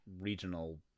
regional